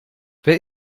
wer